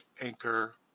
Anchor